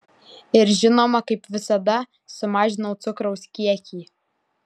ir žinoma kaip visada sumažinau cukraus kiekį